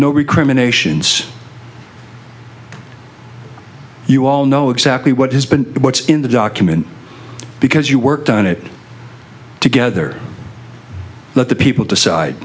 no recriminations you all know exactly what has been what's in the document because you worked on it together let the people decide